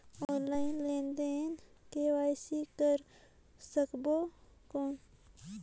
Online लेनदेन बिना KYC कर सकबो कौन??